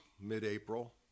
mid-april